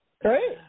Great